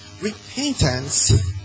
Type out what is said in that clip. Repentance